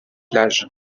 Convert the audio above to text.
l’âge